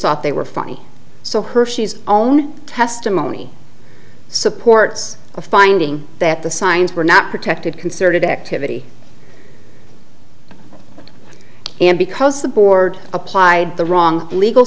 thought they were funny so hershey's own testimony supports a finding that the signs were not protected concerted activity and because the board applied the wrong legal